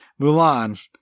Mulan